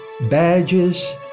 badges